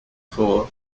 four